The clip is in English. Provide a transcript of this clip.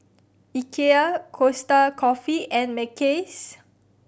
Ikea Costa Coffee and Mackays